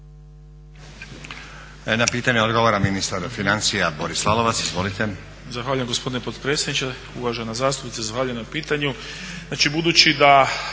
Znači budući da